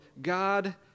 God